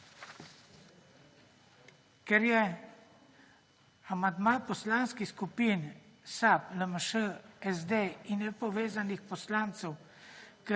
Ker je amandma Poslanskih skupin SAB, LMŠ, SD in Nepovezanih poslancev